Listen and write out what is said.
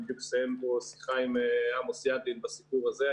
אני בדיוק מסיים פה שיחה עם עמוס ידלין בסיפור הזה.